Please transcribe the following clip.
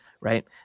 Right